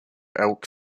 elk